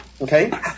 Okay